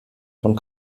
von